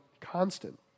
constant